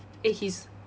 eh he's